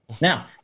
Now